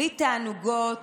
בלי תענוגות,